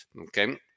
okay